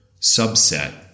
subset